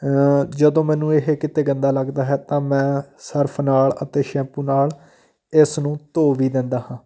ਜਦੋਂ ਮੈਨੂੰ ਇਹ ਕਿਤੇ ਗੰਦਾ ਲੱਗਦਾ ਹੈ ਤਾਂ ਮੈਂ ਸਰਫ ਨਾਲ ਅਤੇ ਸੈਂਪੂ ਨਾਲ ਇਸ ਨੂੰ ਧੋ ਵੀ ਦਿੰਦਾ ਹਾਂ